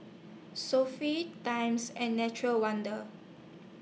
Sofy Times and Nature's Wonders